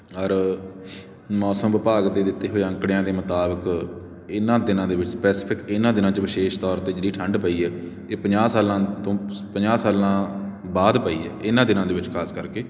ਔਰ ਮੌਸਮ ਵਿਭਾਗ ਦੇ ਦਿੱਤੇ ਹੋਏ ਅੰਕੜਿਆਂ ਦੇ ਮੁਤਾਬਕ ਇਹਨਾਂ ਦਿਨਾਂ ਦੇ ਵਿੱਚ ਸਪੈਸੀਫਿਕ ਇਹਨਾਂ ਦਿਨਾਂ 'ਚ ਵਿਸ਼ੇਸ਼ ਤੌਰ 'ਤੇ ਜਿਹੜੀ ਠੰਢ ਪਈ ਹੈ ਇਹ ਪੰਜਾਹ ਸਾਲਾਂ ਤੋਂ ਪੰਜਾਹ ਸਾਲਾਂ ਬਾਅਦ ਪਈ ਹੈ ਇਹਨਾਂ ਦਿਨਾਂ ਦੇ ਵਿੱਚ ਖਾਸ ਕਰਕੇ